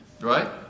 Right